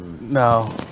no